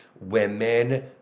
women